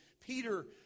Peter